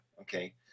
Okay